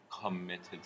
committed